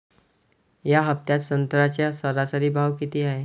या हफ्त्यात संत्र्याचा सरासरी भाव किती हाये?